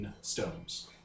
stones